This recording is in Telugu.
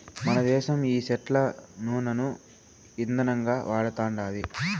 మనదేశం ఈ సెట్ల నూనను ఇందనంగా వాడతండాది